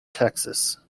texas